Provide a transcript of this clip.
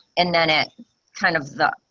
and then it kind of the,